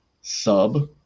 sub